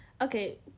Okay